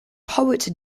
poet